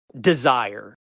desire